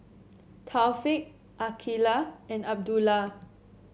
Taufik Aqilah and Abdullah